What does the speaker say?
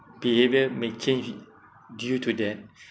behaviour may change due to that